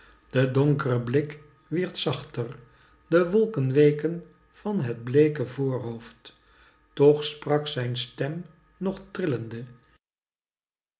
de donkre blik wierd zachter de wolken weken van het bleeke voorhoofd toch sprak zijn stem nog trillende